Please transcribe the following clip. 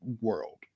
world